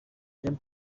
jean